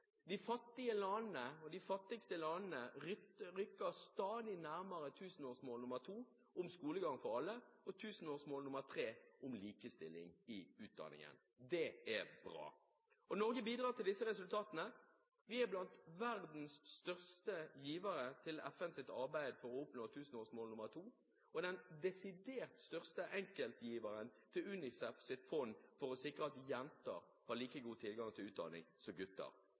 De fattige landene og de fattigste landene rykker stadig nærmere tusenårsmål nr. 2, skolegang til alle, og tusenårsmål nr. 3, likestilling i utdanningen. Det er bra. Norge bidrar til disse resultatene. Vi er blant verdens største givere til FNs arbeid for å oppnå tusenårsmål nr. 2 og den desidert største enkeltgiveren til UNICEFs fond for å sikre at jenter har like god tilgang til utdanning som gutter.